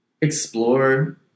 explore